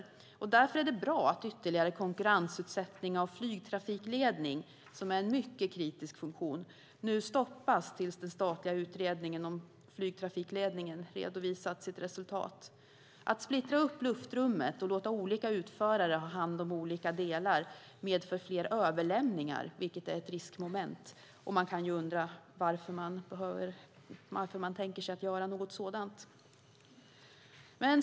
Det är därför bra att ytterligare konkurrensutsättning av flygtrafikledning, en mycket kritisk funktion, nu stoppas tills den statliga utredningen om flygtrafikledningen redovisat sitt resultat. Att splittra upp luftrummet och låta olika utförare ha hand om olika delar medför fler överlämningar, vilket är ett riskmoment. Vi kan ju undra varför man tänker sig något sådant.